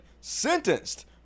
sentenced